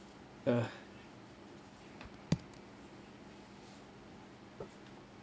uh